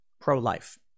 pro-life